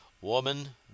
Woman